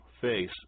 face